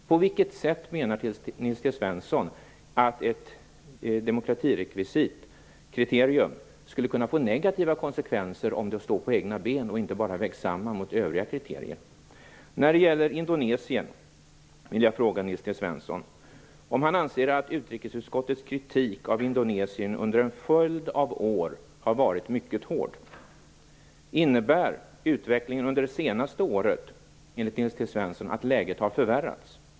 På vilket sätt menar Nils T Svensson att ett demokratirekvisit och kriterium skulle kunna få negativa konsekvenser om det stod på egna ben och inte bara vägs samman mot de övriga kriterierna? Anser Nils T Svensson att utrikesutskottets kritik av Indonesien under en följd av år har varit mycket hård? Innebär utvecklingen under det senaste året enligt Nils T Svensson att läget har förvärrats?